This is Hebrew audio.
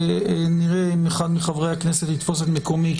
נראה אם אחד מחברי הכנסת יתפוס את מקומי,